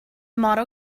model